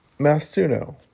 Mastuno